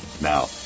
Now